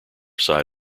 side